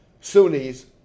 Sunnis